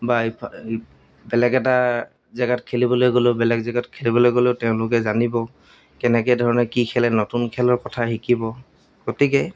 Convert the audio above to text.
বা বেলেগ এটা জেগাত খেলিবলৈ গ'লেও বেলেগ জেগাত খেলিবলৈ গ'লেও তেওঁলোকে জানিব কেনেকৈ ধৰণে কি খেলে নতুন খেলৰ কথা শিকিব গতিকে